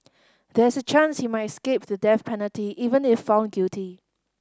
there is a chance he might escape the death penalty even if found guilty